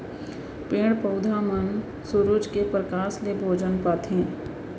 पेड़ पउधा मन सुरूज के परकास ले भोजन पाथें